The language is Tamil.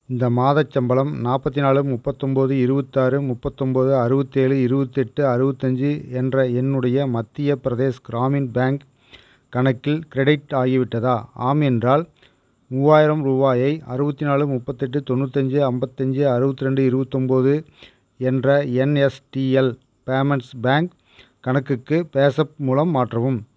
இந்த மாதச் சம்பளம் நாற்பத்தி நாலு முப்பத்தொம்பது இருபத்தாறு முப்பத்தொம்பது அறுபத்தேலு இருபத்தெட்டு அறுபத்தஞ்சி என்ற என்னுடைய மத்திய பிரதேஷ் கிராமின் பேங்க் கணக்கில் க்ரெடிட் ஆகிவிட்டதா ஆம் என்றால் மூவாயிரம் ரூபாயை அறுபத்தி நாலு முப்பத்தெட்டு தொண்ணூத்தஞ்சு ஐம்பத்தஞ்சி அறுபத் ரெண்டு இருபத்தொம்போது என்ற என்எஸ்டிஎல் பேமெண்ட்ஸ் பேங்க் கணக்குக்கு பேஸப் மூலம் மாற்றவும்